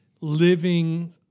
living